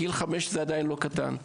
גיל חמש זה לא גיל קטן.